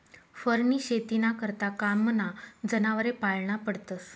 फरनी शेतीना करता कामना जनावरे पाळना पडतस